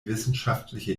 wissenschaftliche